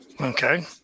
Okay